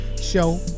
show